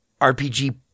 RPG